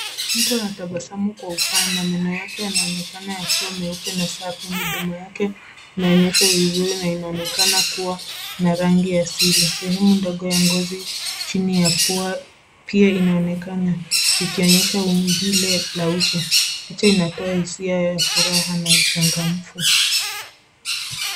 Mtu anatabasamu kwa upana. Meno yake yanaonekana kuwa meupe na safi. Midomo yake inaonyeshwa vizuri na inaonekana kuwa na rangi asili. Sehemu ndogo ya ngozi chini ya pua pia inaonekana ikionyesha umbile la uso. Picha inatoa hisia ya furaha na uchangamfu.